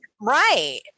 Right